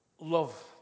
love